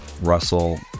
Russell